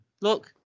look